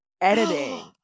editing